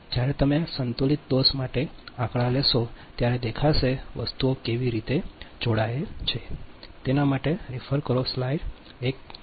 જ્યારે તમે અસંતુલિત દોષ માટે આંકડા લેશો ત્યારે દેખાશે વસ્તુઓ કેવી રીતે જોડાયેલ છે